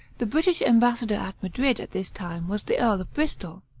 the british embassador at madrid at this time was the earl of bristol.